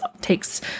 takes